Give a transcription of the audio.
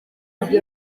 ati